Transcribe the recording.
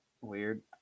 weird